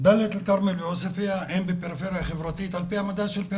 דאלית אל-כרמל ועוספייה הן בפריפריה חברתית